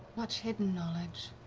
much hidden knowledge?